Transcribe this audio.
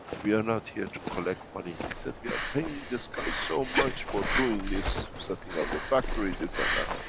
we are not here to collect money. he said, we are paying this guy so much for doing this setting of the factory, this and that.